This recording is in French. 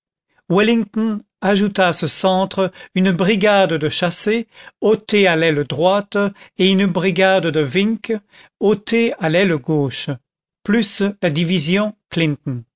ce centre une brigade de chassé ôtée à l'aile droite et une brigade de wincke ôtée à l'aile gauche plus la division